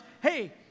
hey